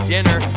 Dinner